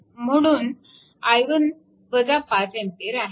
म्हणून i1 5A आहे